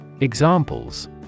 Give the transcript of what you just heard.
Examples